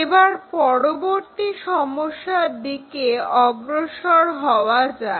এবার পরবর্তী সমস্যার দিকে অগ্রসর হওয়া যাক